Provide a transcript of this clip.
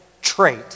trait